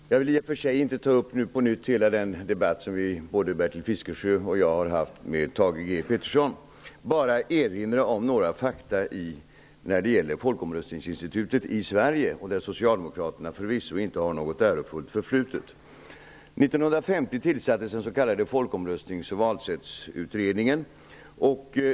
Herr talman! Jag vill i och för sig inte på nytt ta upp hela den debatt som både Bertil Fiskesjö och jag har haft med Thage G Peterson, utan jag vill bara erinra om några fakta när det gäller folkomröstningsinstitutet i Sverige -- ett område där Socialdemokraterna förvisso inte har ett ärofullt förflutet. 1950 tillsattes den s.k. folkomröstnings och valsättsutredningen.